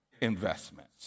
investments